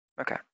Okay